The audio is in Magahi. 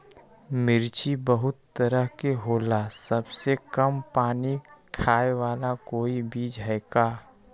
मिर्ची बहुत तरह के होला सबसे कम पानी खाए वाला कोई बीज है का?